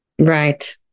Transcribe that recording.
Right